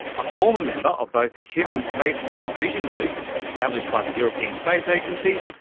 a former member of both the human spaceflight vision group established by the european space agency,